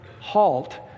halt